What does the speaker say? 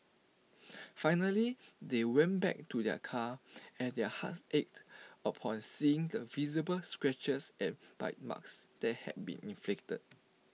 finally they went back to their car and their hearts ached upon seeing the visible scratches and bite marks that had been inflicted